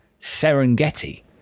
Serengeti